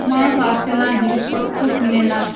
মানুষ আসে না জিনিসপত্র কিনে না